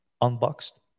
Unboxed